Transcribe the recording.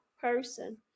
person